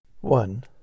One